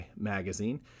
Magazine